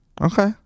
Okay